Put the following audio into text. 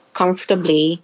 comfortably